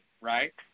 right